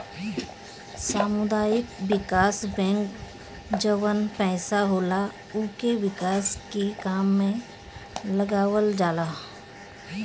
सामुदायिक विकास बैंक जवन पईसा होला उके विकास के काम में लगावल जाला